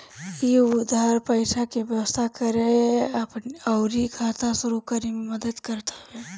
इ उधार पईसा के व्यवस्था करे अउरी खाता शुरू करे में मदद करत हवे